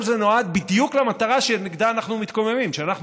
כל זה נועד בדיוק למטרה שנגדה אנחנו מתקוממים כשאנחנו